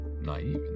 naive